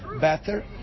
better